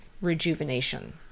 rejuvenation